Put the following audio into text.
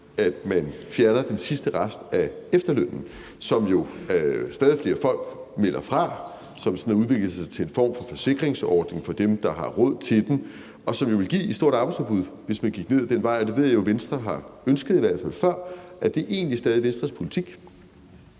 at man fjerner den sidste rest af efterlønnen, som jo stadig flere folk melder fra, og som sådan har udviklet sig til en form for forsikringsordning for dem, der har råd til den, og som ville give et stort arbejdsudbud, hvis man gik ned ad den vej. Det ved jeg jo at Venstre i hvert fald før har ønsket. Er det egentlig stadig Venstres politik?